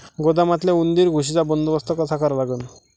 गोदामातल्या उंदीर, घुशीचा बंदोबस्त कसा करा लागन?